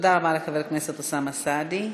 תודה רבה לחבר הכנסת אוסאמה סעדי.